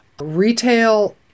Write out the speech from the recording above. Retail